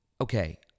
Okay